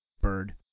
bird